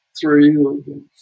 three